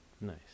Nice